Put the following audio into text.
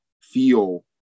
feel